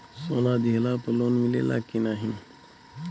सोना दिहला पर लोन मिलेला का?